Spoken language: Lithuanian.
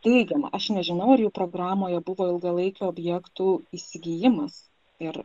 teigiama aš nežinau ar jų programoje buvo ilgalaikių objektų įsigijimas ir